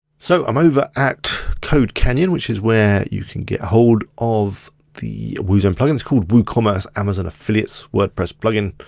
so i'm over at codecanyon, which is where you can get ahold of the woozone plugin, it's called woocommerce amazon affiliates wordpress plugin.